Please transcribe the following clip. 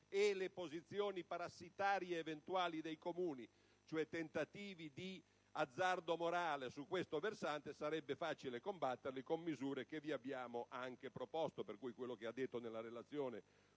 posizioni parassitarie dei Comuni, cioè i tentativi di azzardo morale su questo versante, sarebbe facile combatterle con misure che vi abbiamo anche proposto, per cui quello che ha detto nella relazione